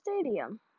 Stadium